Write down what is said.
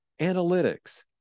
analytics